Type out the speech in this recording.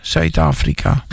Zuid-Afrika